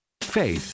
Faith